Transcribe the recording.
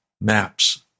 maps